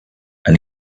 and